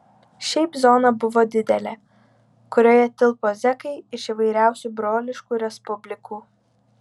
šiaip zona buvo didelė kurioje tilpo zekai iš įvairiausių broliškų respublikų